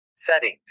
Settings